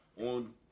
on